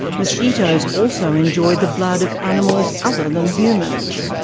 mosquitoes also enjoy the blood of animals other than humans.